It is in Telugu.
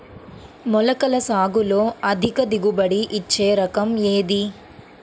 మొలకల సాగులో అధిక దిగుబడి ఇచ్చే రకం ఏది?